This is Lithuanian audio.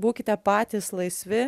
būkite patys laisvi